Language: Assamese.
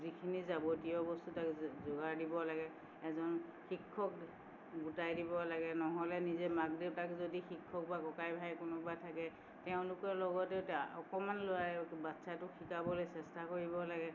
যিখিনি যাৱতীয় বস্তু তাক যোগাৰ দিব লাগে এজন শিক্ষক গোটাই দিব লাগে নহ'লে নিজে মাক দেউতাক যদি শিক্ষক বা ককাই ভাই কোনোবা থাকে তেওঁলোকৰ লগতো অকণমান লৰায়ো বাচ্ছাটোক শিকাবলে চেষ্টা কৰিব লাগে